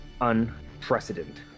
unprecedented